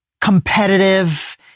competitive